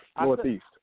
Northeast